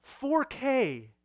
4K